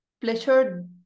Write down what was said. pleasure